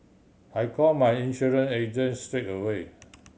I called my insurance agent straight away